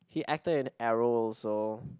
he acted in arrow also